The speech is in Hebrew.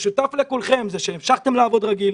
המשותף לכולכם זה שהמשכתם לעבוד רגיל,